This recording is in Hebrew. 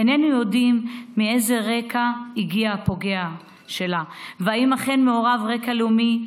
איננו יודעים מאיזה רקע הגיע הפוגע שלה והאם אכן מעורב רקע לאומי.